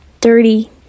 dirty